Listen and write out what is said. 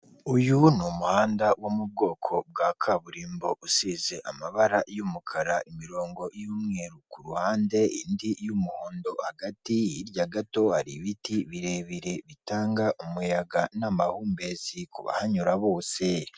uyu ni umuhanda wo mu bwoko bwa kaburimbo usize amabara y'umukara, imirongo y'umweru ku ruhande indi y'umuhondo hagati, hirya gato hari ibiti birebire bitanga umuyaga n'amahumbezi ku bahanyura bose.